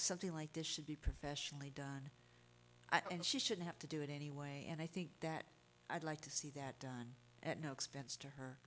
something like this should be professionally done and she should have to do it anyway and i think that i'd like to see that done at no expense